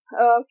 Okay